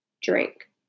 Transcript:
drink